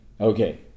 okay